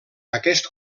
aquest